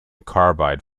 carbide